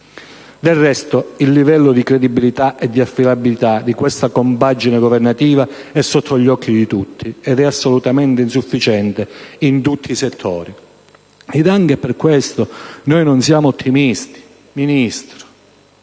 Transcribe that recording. Del resto il livello di credibilità e di affidabilità di questa compagine governativa è sotto gli occhi di tutti ed assolutamente insufficiente in tutti i settori. Ed anche per questo noi non siamo ottimisti. Signor